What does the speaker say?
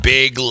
Big